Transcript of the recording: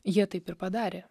jie taip ir padarė